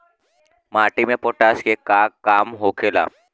माटी में पोटाश के का काम होखेला?